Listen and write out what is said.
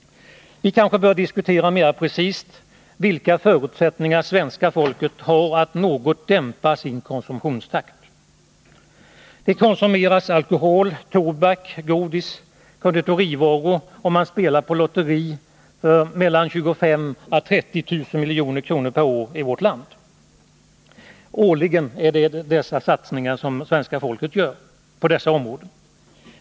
Vi kanske bör diskutera mera precist vilka förutsättningar svenska folket har att något dämpa sin konsumtionstakt. Det konsumeras alkohol, tobak, godis och konditorivaror, och man spelar på lotteri för 25 000-30 000 milj.kr. per år i vårt land. Detta är alltså satsningar som svenska folket gör årligen på dessa områden.